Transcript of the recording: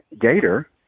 Gator